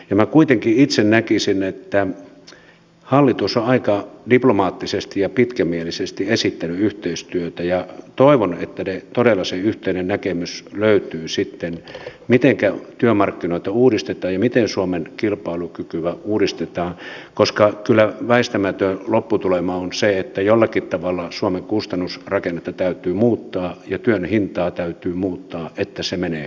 minä kuitenkin itse näkisin että hallitus on aika diplomaattisesti ja pitkämielisesti esittänyt yhteistyötä ja toivon että todella se yhteinen näkemys löytyy sitten mitenkä työmarkkinoita uudistetaan ja miten suomen kilpailukykyä uudistetaan koska kyllä väistämätön lopputulema on se että jollakin tavalla suomen kustannusrakennetta ja työn hintaa täytyy muuttaa että se menee kaupaksi